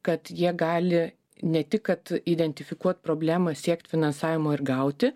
kad jie gali ne tik kad identifikuot problemą siekt finansavimo ir gauti